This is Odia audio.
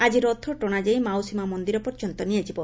ଆଜି ରଥଟଶାଯାଇ ମାଉସୀମା ମନ୍ଦିର ପର୍ଯ୍ୟନ୍ତ ନିଆଯିବ